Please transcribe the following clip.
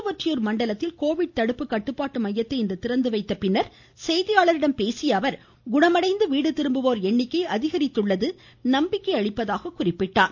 திருவொற்றியூர் மண்டலத்தில் கோவிட் தடுப்பு கட்டுப்பாட்டு மையத்தை இன்று திறந்து வைத்து செய்தியாளர்களிடம் பேசிய அவர் குணமடைந்து வீடுதிரும்புவோர் எண்ணிக்கை அதிகரித்துள்ளது நம்பிக்கை அளிப்பதாக கூறினார்